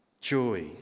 Joy